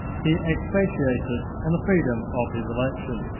he expatiated on the freedom of his election,